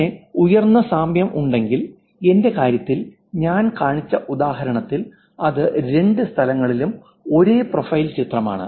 പിന്നെ ഉയർന്ന സാമ്യം ഉണ്ടെങ്കിൽ എന്റെ കാര്യത്തിൽ ഞാൻ കാണിച്ച ഉദാഹരണത്തിൽ അത് രണ്ട് സ്ഥലങ്ങളിലും ഒരേ പ്രൊഫൈൽ ചിത്രമാണ്